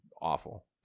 awful